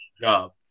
job